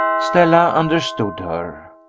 stella understood her.